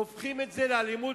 והופכים את זה לאלימות